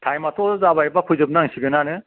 टाइमयाथ' जाबाय बा फोजोबनांसिगोनयानो